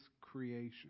creation